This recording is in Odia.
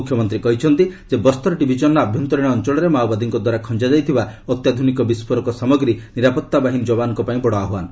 ମୁଖ୍ୟମନ୍ତ୍ରୀ କହିଛନ୍ତି ଯେ ବସ୍ତର ଡିଭିଜନର ଆଭ୍ୟନ୍ତରୀଣ ଅଞ୍ଚଳରେ ମାଓବାଦୀଙ୍କ ଦ୍ୱାରା ଖଞ୍ଜା ଯାଇଥିବା ଅତ୍ୟାଧୁନିକ ବିସ୍ଫୋରକ ସାମଗ୍ରୀ ନିରାପତ୍ତା ବାହିନୀ ଯବାନଙ୍କ ପାଇଁ ବଡ଼ ଆହ୍ୱାନ